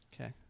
Okay